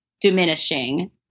diminishing